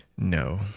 no